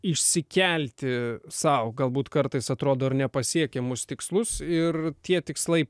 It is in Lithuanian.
išsikelti sau galbūt kartais atrodo ir nepasiekiamus tikslus ir tie tikslai